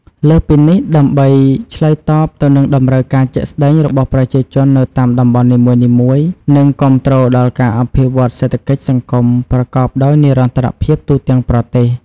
លើសពីនេះ ដើម្បីឆ្លើយតបទៅនឹងតម្រូវការជាក់ស្ដែងរបស់ប្រជាជននៅតាមតំបន់នីមួយៗ និងគាំទ្រដល់ការអភិវឌ្ឍសេដ្ឋកិច្ចសង្គមប្រកបដោយនិរន្តរភាពទូទាំងប្រទេស។